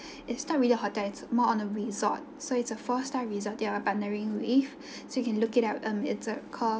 it start with your hotel it's more on the resort so it's a four star resort that we're partnering with so you can look it up um it's uh called